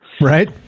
Right